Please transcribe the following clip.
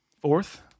Fourth